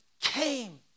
came